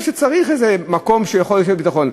שצריך איזה מקום שהוא יכול לשבת בו בביטחון.